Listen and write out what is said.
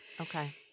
Okay